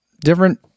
different